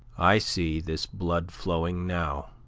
i see this blood flowing now.